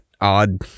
odd